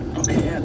okay